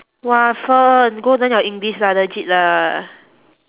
!wah! fern go learn your english lah legit lah